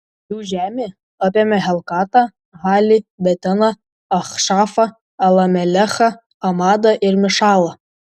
jų žemė apėmė helkatą halį beteną achšafą alamelechą amadą ir mišalą